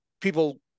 people